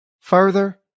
Further